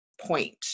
point